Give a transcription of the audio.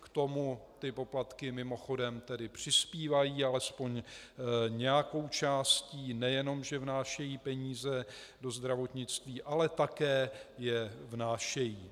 K tomu poplatky mimochodem tedy přispívají alespoň nějakou částí, nejenom že vnášejí peníze do zdravotnictví, ale také je vnášejí.